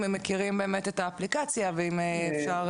הם אכן מכירים את האפליקציה ואם אפשר